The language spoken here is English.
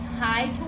high